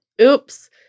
oops